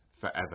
forever